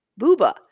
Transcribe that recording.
booba